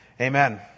amen